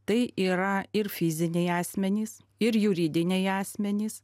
tai yra ir fiziniai asmenys ir juridiniai asmenys